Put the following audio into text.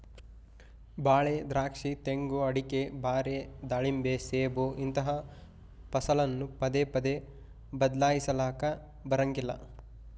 ಬಾಳೆ, ದ್ರಾಕ್ಷಿ, ತೆಂಗು, ಅಡಿಕೆ, ಬಾರೆ, ದಾಳಿಂಬೆ, ಸೇಬು ಇಂತಹ ಫಸಲನ್ನು ಪದೇ ಪದೇ ಬದ್ಲಾಯಿಸಲಾಕ ಬರಂಗಿಲ್ಲ